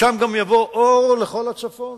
משם יבוא אור לכל הצפון,